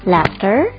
Laughter